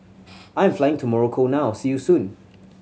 I am flying to Morocco now see you soon